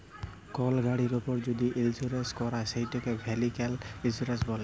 call গাড়ির উপর যদি ইলসুরেলস ক্যরে সেটকে ভেহিক্যাল ইলসুরেলস ব্যলে